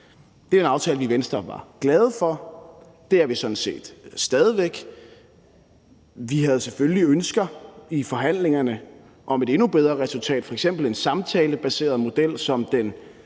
Det er en aftale, vi i Venstre var glade for; det er vi sådan set stadig væk. Vi havde selvfølgelig ønsker i forhandlingerne om et endnu bedre resultat, f.eks. en samtalebaseret model, som den